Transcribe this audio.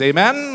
Amen